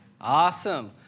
Awesome